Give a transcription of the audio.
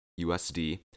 USD